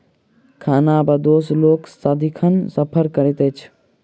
खानाबदोश लोक सदिखन सफर करैत अछि